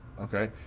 okay